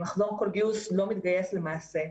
ממחזור כל גיוס לא מתגייס למעשה,